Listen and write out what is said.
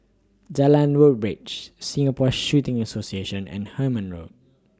Jalan Woodbridge Singapore Shooting Association and Hemmant Road